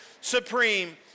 supreme